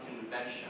convention